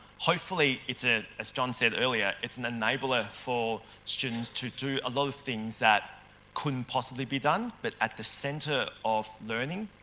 hopefully, ah as john said earlier it's an enabler for students to do a lot of things that couldn't possibly be done but at the centre of learning